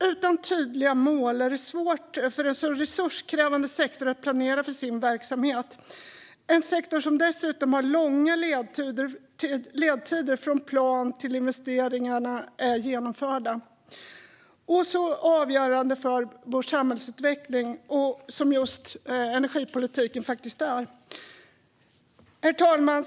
Utan tydliga mål är det svårt för en så resurskrävande sektor att planera för sin verksamhet - en sektor som dessutom har långa ledtider från plan till att investeringarna är genomförda och som är så avgörande för vår samhällsutveckling. Herr talman!